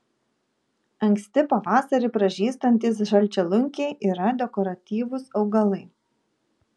anksti pavasarį pražystantys žalčialunkiai yra dekoratyvūs augalai